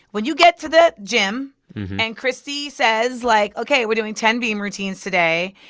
when you get to the gym and christie says, like, ok, we're doing ten beam routines today,